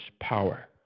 power